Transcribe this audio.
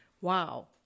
Wow